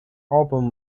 album